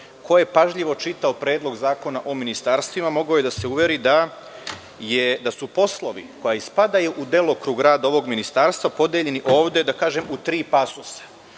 Ko je pažljivo čitao Predlog zakona o ministarstvima, mogao je da se uveri da su poslovi koji spadaju u delokrug rada ovog ministarstva podeljeni ovde u tri pasusa. Mi